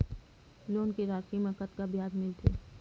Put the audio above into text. Loan के राशि मा कतका ब्याज मिलथे?